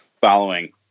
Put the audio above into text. following